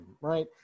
right